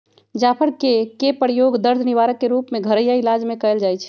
जाफर कें के प्रयोग दर्द निवारक के रूप में घरइया इलाज में कएल जाइ छइ